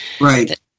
right